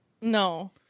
No